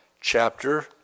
chapter